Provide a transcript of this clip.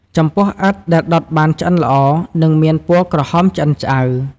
ចំពោះ ឥដ្ឋ ដែលដុតបានឆ្អិនល្អ នឹងមានពណ៌ក្រហមឆ្អិនឆ្អៅ។